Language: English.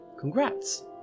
Congrats